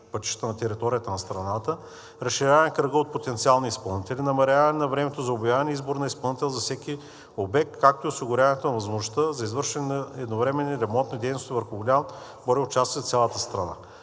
пътища на територията на страната, разширяване на кръга от потенциални изпълнители, намаляване на времето за обявяване и избор на изпълнител за всеки обект, както и осигуряването на възможността за извършване на едновременни ремонтни дейности върху голям брой участъци в цялата страна.